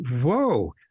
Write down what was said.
whoa